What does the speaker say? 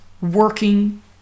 working